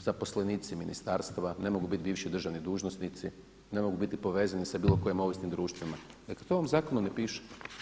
zaposlenici ministarstva, ne mogu biti bivši državni dužnosnici, ne mogu biti povezani sa bilo kojim ovisnim društvima, dakle to u ovom zakonu ne piše.